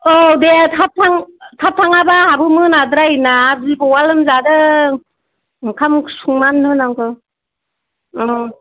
औ दे थाब थाब थां थाब थाङाबा आंहाबो मोनाद्रायो ना बिबौआ लोमजादों ओंखाम ओंख्रि संनानै होनांगौ